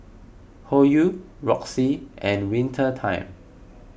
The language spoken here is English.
Hoyu Roxy and Winter Time